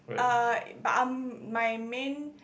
but I'm my main